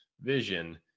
vision